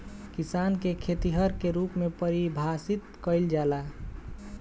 किसान के खेतिहर के रूप में परिभासित कईला जाला